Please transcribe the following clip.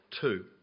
Two